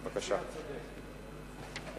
המציע צודק.